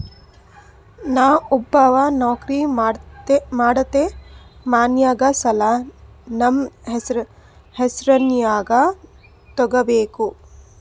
ನಾ ಒಬ್ಬವ ನೌಕ್ರಿ ಮಾಡತೆನ್ರಿ ಮನ್ಯಗ ಸಾಲಾ ನಮ್ ಹೆಸ್ರನ್ಯಾಗ ತೊಗೊಬೇಕ?